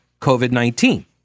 COVID-19